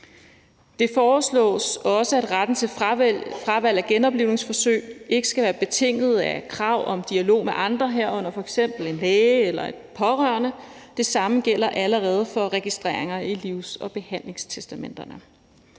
Det foreslås også, at retten til fravalg af genoplivningsforsøg ikke skal være betinget af krav om dialog med andre, herunder f.eks. en læge eller en pårørende. Det samme gælder allerede for registreringer i livs- og behandlingstestamenterne.